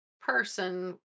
person